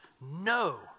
no